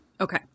Okay